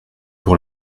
pour